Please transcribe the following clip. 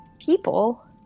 People